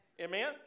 Amen